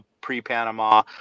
pre-Panama